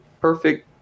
perfect